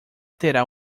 terá